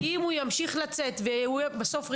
כי אם הוא ימשיך לצאת והוא יהיה בסוף רצידיביסט,